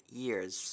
years